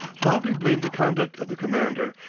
loudly blamed the conduct of the commander,